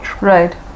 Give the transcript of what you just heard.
right